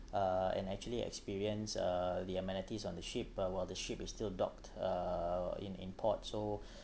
uh and actually experience uh the amenities on the ship uh while the ship is still dock uh in in port so